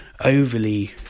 overly